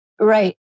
Right